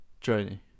journey